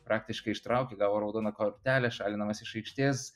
praktiškai ištraukė gavo raudoną kortelę šalinamas iš aikštės